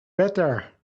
better